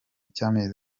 cy’amezi